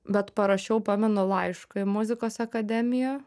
bet parašiau pamenu laišką į muzikos akademiją